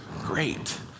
great